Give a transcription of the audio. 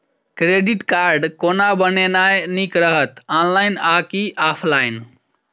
Credit card कोना बनेनाय नीक रहत? ऑनलाइन आ की ऑफलाइन?